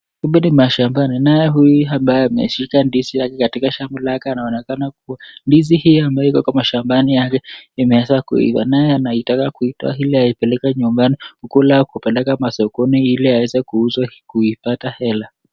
Huku ni mashambani, naye huyu ambaye ameshuka ndizi yake akiwa katika shamba lake anaonekana kwamba, ndizi hii iko kwa shamba yake imeiva. Naye anataka kuitoa ili apeleke nyumbani kuikula ama kupeleka sokoni kuiuza ili aweze kupata hela.